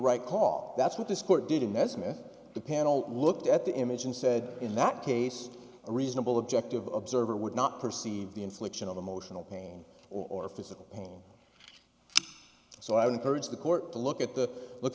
right call that's what this court did in mess with the panel looked at the image and said in that case a reasonable objective observer would not perceive the infliction of emotional pain or physical so i would encourage the court to look at the look